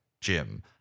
Jim